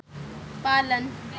पालन